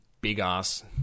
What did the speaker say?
big-ass